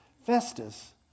Festus